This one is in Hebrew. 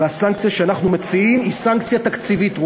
והסנקציה שאנחנו מציעים היא סנקציה תקציבית.